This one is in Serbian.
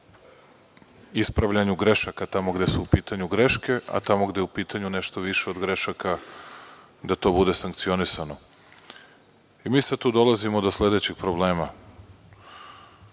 ispravljanju grešaka tamo gde su u pitanju greške, a tamo gde je u pitanju nešto više od grešaka, da to bude sankcionisano. Mi sad tu dolazimo do sledećeg problema,